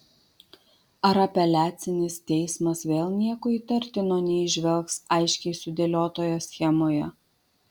ar apeliacinis teismas vėl nieko įtartino neįžvelgs aiškiai sudėliotoje schemoje